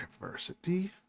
Diversity